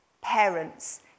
parents